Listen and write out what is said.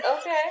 Okay